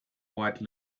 white